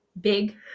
big